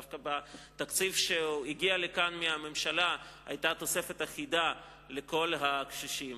דווקא בתקציב שהגיע לכאן מהממשלה היתה תוספת אחידה לכל הקשישים,